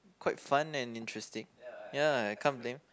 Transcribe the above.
quite fun and interesting ya I can't blame